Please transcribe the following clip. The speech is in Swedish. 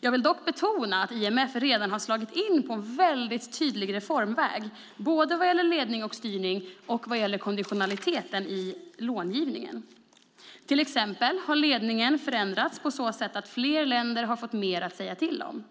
Jag till dock betona att IMF redan har slagit in på en väldigt tydlig reformväg, både vad gäller ledning och styrning och vad gäller konditionaliteten i långivningen. Ledningen har till exempel förändrats på så sätt att fler länder har fått mer att säga till om.